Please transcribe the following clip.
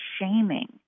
shaming